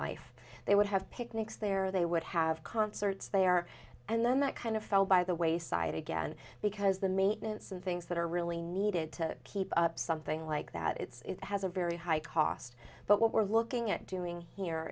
life they would have picnics there they would have concerts they are and then that kind of fell by the wayside again because the maintenance and things that are really needed to keep up something like that it's has a very high cost but what we're looking at doing here